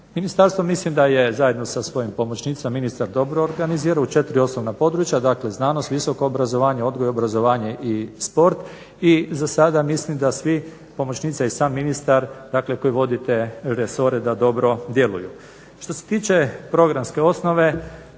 Ministarstvo mislim da je zajedno sa svojim pomoćnicima ministar dobro organizirao u četiri osnovna područja, dakle znanost, visoko obrazovanje, odgoj i obrazovanja i sport i za sada mislim da svi pomoćnici a i sam ministar dakle koji vodi te resore da dobro djeluju. Što se tiče programske osnove